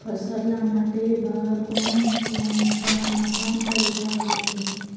फसल ला मापे बार कोन कौन सा मापन तरीका होथे?